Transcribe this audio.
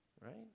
right